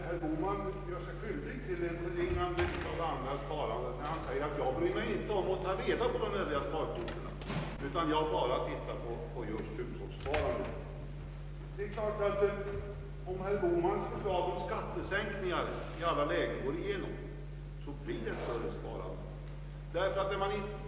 Herr Bohman gör sig skyldig till ett förringande av det andra sparandet, när han säger att han inte bryr sig om att ta reda på de övriga sparkvoterna, ty han tittar bara på siffrorna för hushållssparandet. Det är klart att om herr Bohmans förslag till skattesänkningar i alla lägen går igenom, så blir det ett större sparande.